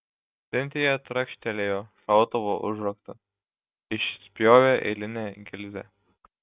sintija trakštelėjo šautuvo užraktu išspjovė eilinę gilzę